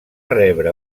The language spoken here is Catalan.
rebre